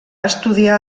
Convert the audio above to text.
estudiar